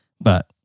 But-